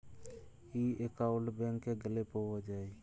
ই account ব্যাংকে গ্যালে পাউয়া যায়